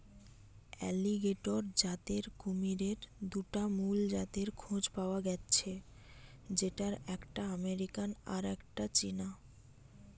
alligator জাতের কুমিরের দুটা মুল জাতের খোঁজ পায়া গ্যাছে যেটার একটা আমেরিকান আর একটা চীনা